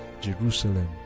jerusalem